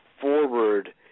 forward